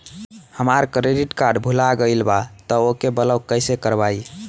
हमार credit card भुला गएल बा त ओके ब्लॉक कइसे करवाई?